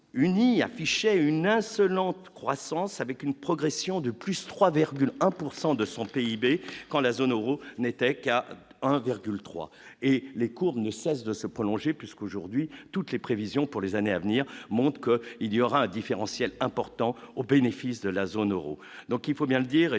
Uni affichait une insolente croissance avec une progression de plus 3 virgule un pour 100 de son PIB quand la zone Euro n'était qu'à un virgule 3 et les cours ne cessent de se prolonger puisque aujourd'hui toutes les prévisions pour les années à venir, monde qu'il y aura un différentiel important au bénéfice de la zone Euro,